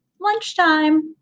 lunchtime